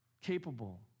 capable